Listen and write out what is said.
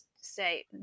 say